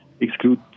exclude